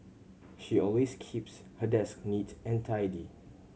she always keeps her desk neat and tidy